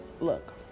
look